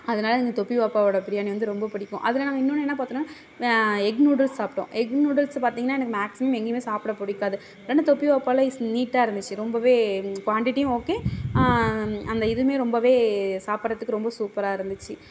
அதனால அந்த தொப்பி வாப்பா ஓட பிரியாணி வந்து ரொம்பப் பிடிக்கும் அதில் நாங்கள் இன்னொனு என்ன பார்த்தோனா எக் நூடல்ஸ் சாப்பிடோம் எக் நூடல்ஸ் பார்த்திங்ன்னா எனக்கு மேக்ஸிமம் எங்கேயுமே சாப்பிடப் பிடிக்காது ஆனால் தொப்பி வாப்பாவில் நீட்டாக இருந்திச்சு ரொம்பவே குவான்டிட்டியும் ஓகே அந்த இதுவுமே ரொம்பவே சாப்பிறதுக்கு ரொம்ப சூப்பராக இருந்துச்சு